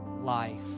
life